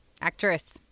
actress